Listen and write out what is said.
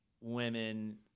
women